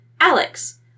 Alex